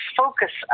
focus